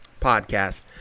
podcast